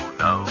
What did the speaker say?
no